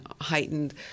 heightened